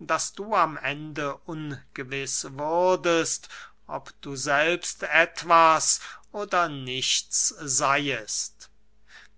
daß du am ende ungewiß wurdest ob du selbst etwas oder nichts seyest